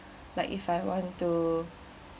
like if I want to